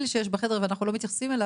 שיש בחדר ואנחנו לא מתייחסים אליו,